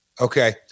Okay